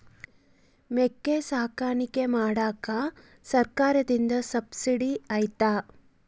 ಮೇಕೆ ಸಾಕಾಣಿಕೆ ಮಾಡಾಕ ಸರ್ಕಾರದಿಂದ ಸಬ್ಸಿಡಿ ಐತಾ?